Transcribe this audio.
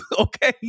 Okay